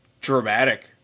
dramatic